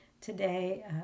today